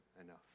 enough